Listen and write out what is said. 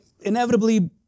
inevitably